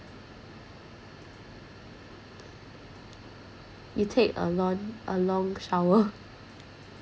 you take a long a long shower